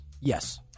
yes